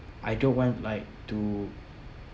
I don't want like to